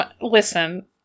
Listen